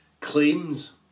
claims